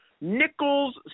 Nichols